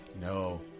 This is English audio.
No